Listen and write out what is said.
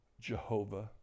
Jehovah